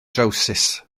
drywsus